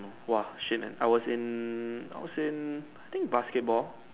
!woah! shit man I was in I was in I think basketball